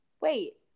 wait